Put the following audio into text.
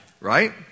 Right